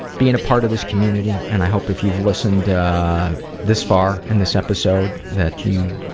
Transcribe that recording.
being a part of this community and i hope if you've listened this far in this episode that you,